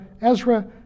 Ezra